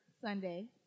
Sunday